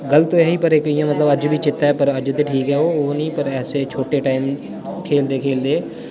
गलत होएया ही पर इक इ'यां मतलब अज्ज बी चेत्ता ऐ पर अज्ज ते ठीक ऐ ओह् ओह् नी पर ऐसे छोटे टाइम खेलदे खेलदे